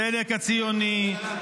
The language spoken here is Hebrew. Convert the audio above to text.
הצדק הציוני,